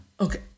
Okay